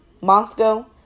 Moscow